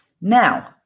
Now